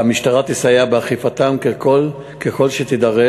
והמשטרה תסייע באכיפתם ככל שתידרש